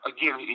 Again